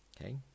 Okay